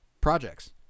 Projects